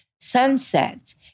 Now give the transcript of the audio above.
sunsets